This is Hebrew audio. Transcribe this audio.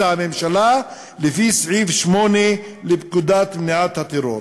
הממשלה לפי סעיף 8 לפקודת מניעת הטרור".